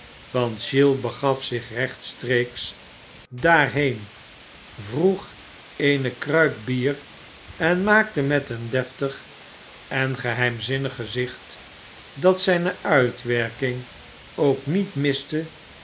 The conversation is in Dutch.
want giles begaf zich rechtstreeks daarheen vroeg eene kruik bier en maakte met een deftig en geheimzinnig gezicht dat zijne uitwerking ook niet miste